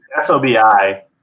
SOBI